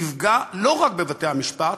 נפגע לא רק בבתי-המשפט,